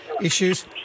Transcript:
issues